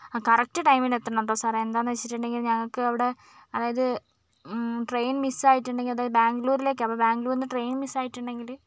correct ടൈമിനെത്തണോട്ടോ സാറെ എന്താന്ന് വച്ചിട്ടുണ്ടെങ്കിൽ ഞങ്ങക്ക് അവിടെ അതായതു ട്രെയിൻ മിസ്സായിട്ടുണ്ടെങ്കിൽ അതായത് ബാംഗ്ലൂരിലേക്കാണ് അപ്പം ബാംഗ്ലൂര്ന്ന് ട്രെയിൻ മിസ്സായിട്ടുണ്ടെങ്കില്